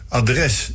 adres